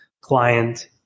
client